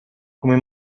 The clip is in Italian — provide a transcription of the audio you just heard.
come